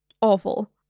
Awful